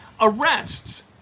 Arrests